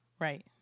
Right